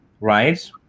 right